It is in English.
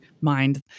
mind